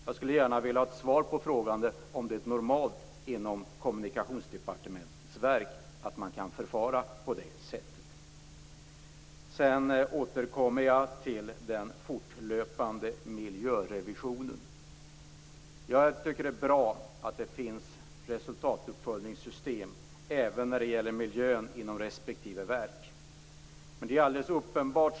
Jag skulle gärna vilja ha ett svar på frågan om det är normalt inom Kommunikationsdepartementets verk att man kan förfara på det sättet. Sedan återkommer jag till den fortlöpande miljörevisionen. Jag tycker att det är bra att det finns resultatuppföljningssystem inom respektive verk även när det gäller miljön.